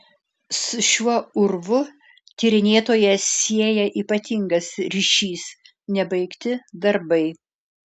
su šiuo urvu tyrinėtoją sieja ypatingas ryšys nebaigti darbai